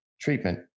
treatment